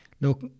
look